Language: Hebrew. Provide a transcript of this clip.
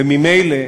וממילא,